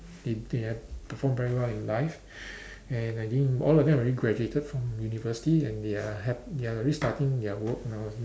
if they have performed very well in life and I think all of them have already graduated from university and they are hap~ they are restarting their work now